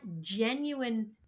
genuine